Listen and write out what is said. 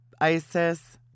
Isis